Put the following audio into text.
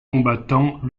combattant